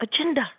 agenda